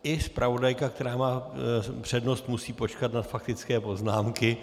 I zpravodajka, která má přednost, musí počkat na faktické poznámky.